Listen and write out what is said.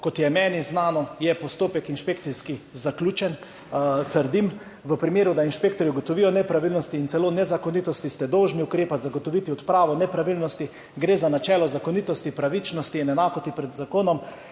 Kot je meni znano, je inšpekcijski postopek zaključen. Trdim, v primeru, da inšpektorji ugotovijo nepravilnosti in celo nezakonitosti, ste dolžni ukrepati, zagotoviti odpravo nepravilnosti. Gre za načelo zakonitosti, pravičnosti in enakosti pred zakonom,